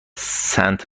سنت